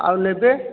ଆଉ ନେବେ